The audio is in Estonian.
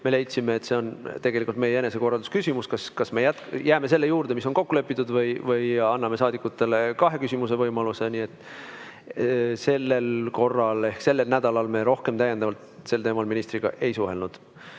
Me leidsime, et see on tegelikult meie enesekorraldusküsimus, kas me jääme selle juurde, mis on kokku lepitud, või anname saadikutele kahe küsimuse võimaluse. Sellel korral ehk sellel nädalal me rohkem täiendavalt sel teemal ministriga ei